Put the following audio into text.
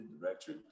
director